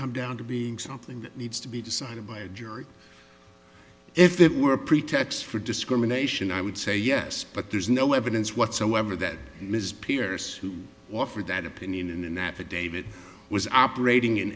come down to being something that needs to be decided by a jury if there were a pretext for discrimination i would say yes but there's no evidence whatsoever that ms pierce who offered that opinion and that david was operating in